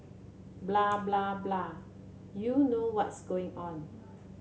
blah blah blah you know what's going on